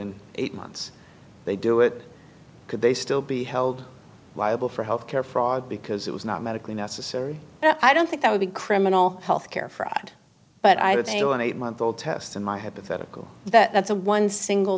in eight months they do it could they still be held liable for health care fraud because it was not medically necessary i don't think that would be criminal health care for that but i did see one eight month old test in my hypothetical that's a one single